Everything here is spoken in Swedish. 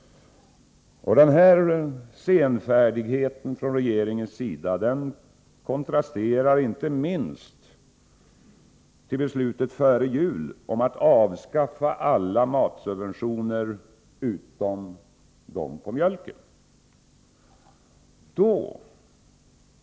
Denna regeringens senfärdighet kontrasterar inte minst mot beslutet före jul om att avskaffa alla matsubventioner utom dem på mjölk.